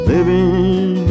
Living